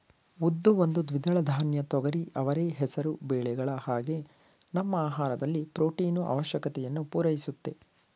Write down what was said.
ಉದ್ದು ಒಂದು ದ್ವಿದಳ ಧಾನ್ಯ ತೊಗರಿ ಅವರೆ ಹೆಸರು ಬೇಳೆಗಳ ಹಾಗೆ ನಮ್ಮ ಆಹಾರದಲ್ಲಿ ಪ್ರೊಟೀನು ಆವಶ್ಯಕತೆಯನ್ನು ಪೂರೈಸುತ್ತೆ